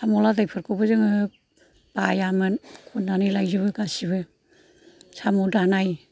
साम' लादायफोरखौबो जोङो बायामोन खन्नानै लायजोबो गासिबो साम' दानाय